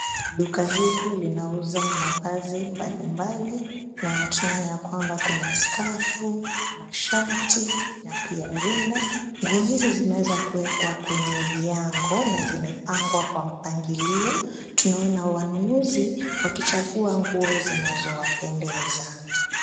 Duka hili linauza mavazi mbalimbali na tunaona ya kwamba kuna skafu, mashati na pia rinda. Nguo hizi zimeweza kuwekwa kwenye viwango na zimepangwa kwa mpangilio. Tunaona wanunuzi wakichagua nguo zinazowapendeza.